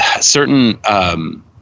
certain